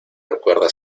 recuerda